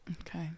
Okay